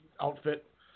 outfit